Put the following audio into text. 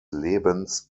lebens